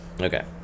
Okay